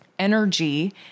energy